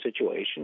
situation